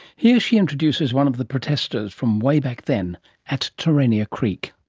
here she introduces one of the protesters from way back then at terania creek.